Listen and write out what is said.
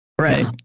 Right